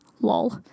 Lol